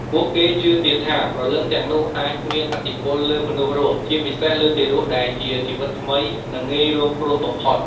ពួកគេជឿទៀតថា ព្រលឹងទាំងនោះអាចមានឥទ្ធិពលលើមនុស្សរស់ ជាពិសេសលើទារកដែលជាជីវិតថ្មី និងងាយរងគ្រោះបំផុត។